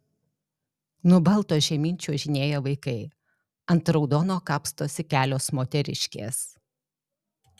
nuo balto žemyn čiuožinėja vaikai ant raudono kapstosi kelios moteriškės